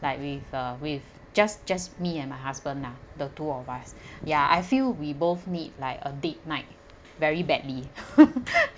like with uh with just just me and my husband nah the two of us ya I feel we both need like a date night very badly